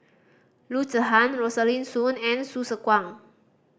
Loo Zihan Rosaline Soon and Hsu Tse Kwang